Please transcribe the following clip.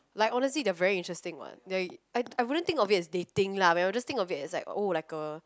like honestly they are very interesting what they are I wouldn't think of it as dating lah but then I will just think of it oh like a